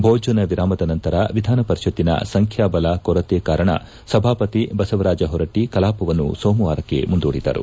ಭೋಜನ ವಿರಾಮದ ನಂತರ ವಿಧಾನಪರಿಷತ್ತಿನ ಸಂಖ್ಯಾ ಬಲ ಕೊರತೆ ಕಾರಣ ಸಭಾಪತಿ ಬಸವರಾಜ್ ಹೊರಟ್ಷಿ ಕಲಾಪವನ್ನು ಸೋಮವಾರಕ್ಷೆ ಮುಂದೂಡಿದರು